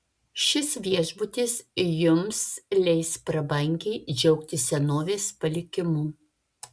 šis viešbutis jums leis prabangiai džiaugtis senovės palikimu